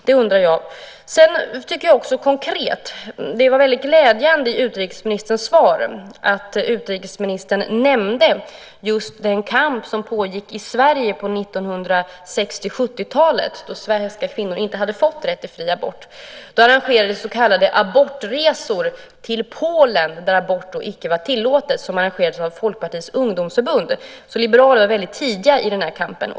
Det var mycket glädjande att utrikesministern i sitt svar nämnde just den kamp som pågick i Sverige på 1960 och 1970-talen då svenska kvinnor inte hade fått rätt till fri abort. Då arrangerades så kallade abortresor till Polen. De arrangerades av Folkpartiets ungdomsförbund. Liberalerna var väldigt tidiga i denna kamp.